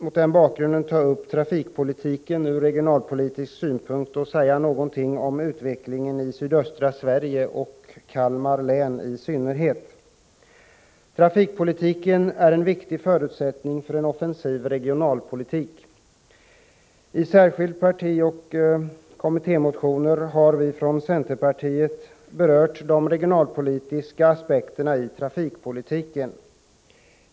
Mot den bakgrunden vill jag ta upp trafikpolitiken ur regionalpolitisk synvinkel och säga någonting om utvecklingen i sydöstra Sverige och Kalmar län i synnerhet. Trafikpolitik är en viktig förutsättning för en offensiv regionalpolitik. I partimotion och kommittémotioner från centerpartiet har vi berört de regionalpolitiska aspekterna i trafikpolitiken.